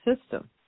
system